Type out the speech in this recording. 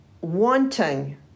wanting